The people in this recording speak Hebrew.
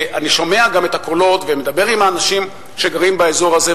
אני שומע גם את הקולות ומדבר עם האנשים שגרים באזור הזה,